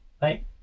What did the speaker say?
Bye